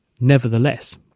Nevertheless